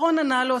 ירון ענה לו.